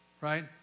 right